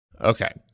Okay